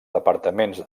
departaments